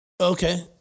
Okay